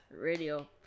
Radio